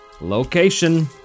Location